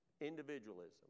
individualism